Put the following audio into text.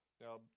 Now